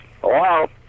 Hello